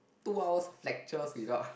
two hours of lectures without